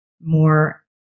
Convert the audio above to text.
more